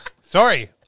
Sorry